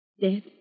Dead